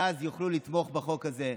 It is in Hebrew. ואז יוכלו לתמוך בחוק הזה.